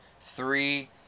three